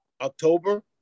October